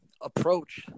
approach